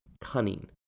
cunning